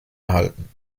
erhalten